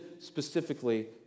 specifically